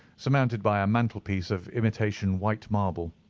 surmounted by a mantelpiece of imitation white marble.